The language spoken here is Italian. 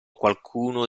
qualcuno